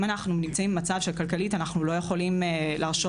אם אנחנו נמצאים במצב שכלכלית אנחנו לא יכולים להרשות